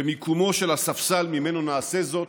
ומיקומו של הספסל שממנו נעשה זאת